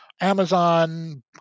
Amazon